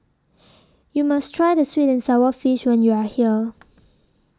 YOU must Try The Sweet and Sour Fish when YOU Are here